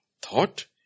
Thought